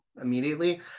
immediately